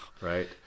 Right